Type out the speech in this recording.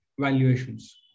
valuations